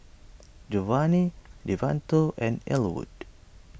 Jovani Devonta and Ellwood